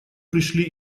пришли